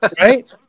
Right